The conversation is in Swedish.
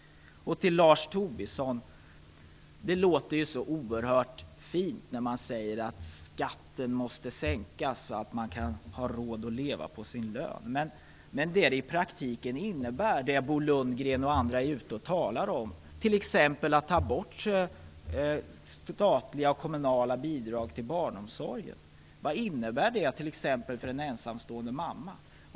Till Lars Tobisson vill jag säga: Det låter så oerhört fint att säga att skatten måste sänkas så att man har råd att leva på sin lön, men vad innebär det i praktiken? Bo Lundgren och andra talar t.ex. om att ta bort statliga och kommunala bidrag till barnomsorgen. Vad innebär det för t.ex. en ensamstående mamma?